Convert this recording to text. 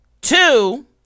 Two